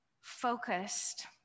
focused